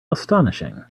astonishing